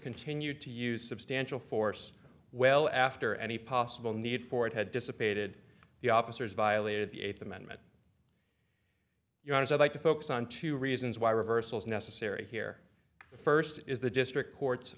continued to use substantial force well after any possible need for it had dissipated the officers violated the eighth amendment united i'd like to focus on two reasons why reversals necessary here the first is the district court